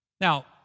Now